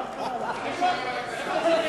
איפה הגננת?